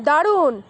দারুণ